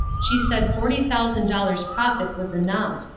she said forty thousand dollars' profit was enough.